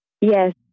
Yes